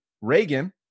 Reagan